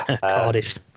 Cardiff